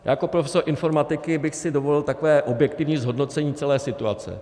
Jako profesor informatiky bych si dovolil objektivní zhodnocení celé situace.